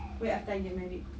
wait after I get married